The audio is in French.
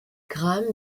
graham